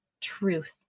truth